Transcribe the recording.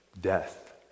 death